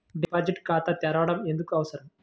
Deposit ఖాతా తెరవడం ఎందుకు అవసరం?